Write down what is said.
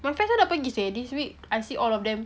my friend semua dah pergi seh this week I see all of them